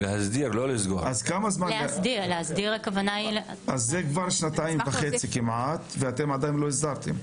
אז זה כבר שנתיים וחצי כמעט ואתם עדיין לא הסדרתם.